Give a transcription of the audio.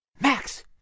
Max